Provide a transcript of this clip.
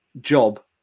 job